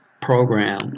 program